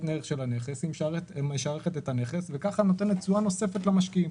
ערך של הנכס היא נותנת תשואה נוספת למשקיעים.